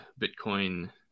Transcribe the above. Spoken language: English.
bitcoin